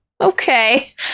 okay